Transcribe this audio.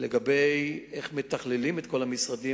לגבי איך מתכללים את כל המשרדים,